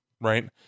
right